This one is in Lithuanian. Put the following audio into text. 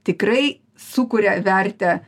tikrai sukuria vertę